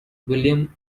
william